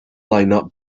lineup